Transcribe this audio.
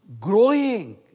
growing